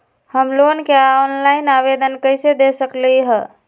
हम लोन के ऑनलाइन आवेदन कईसे दे सकलई ह?